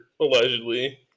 allegedly